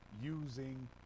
using